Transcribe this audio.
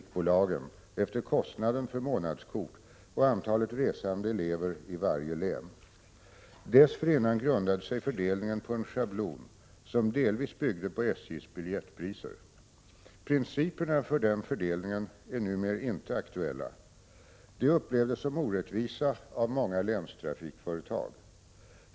kostnaden för månadskort och antalet resande elever i varje län. Dessförinnan grundade sig fördelningen på en schablon, som delvis byggde på SJ:s biljettpriser. Principerna för den fördelningen är numera inte aktuella. De upplevdes som orättvisa av många länstrafikföretag.